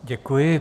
Děkuji.